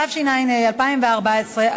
התשע"ה 2014,